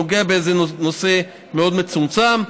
נוגע באיזה נושא מאוד מצומצם.